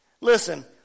Listen